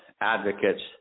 advocates